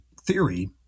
theory